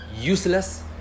useless